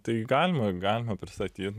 tai galima galima pristatyt